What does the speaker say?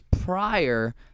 prior